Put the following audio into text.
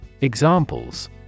Examples